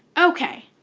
okay,